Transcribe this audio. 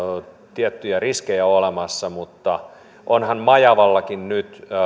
tiettyjä riskejä olemassa mutta onhan majavallakin nyt